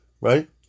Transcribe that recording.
right